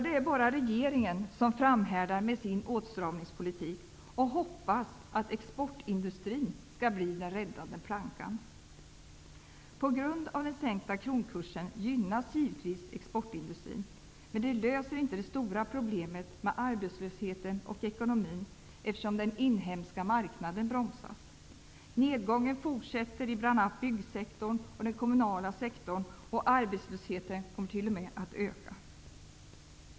Det är bara regeringen som framhärdar med sin åtstramningspolitik och hoppas att exportindustrin skall bli den räddande plankan. På grund av den sänkta kronkursen gynnas givetvis exportindustrin. Men det löser inte det stora problemet med arbetslösheten och ekonomin, eftersom den inhemska marknaden bromsas. Nedgången fortsätter i bl.a. byggsektorn och den kommunala sektorn, och arbetslösheten kommer t.o.m. att öka.